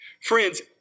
Friends